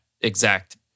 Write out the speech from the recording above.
exact